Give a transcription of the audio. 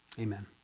Amen